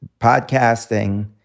podcasting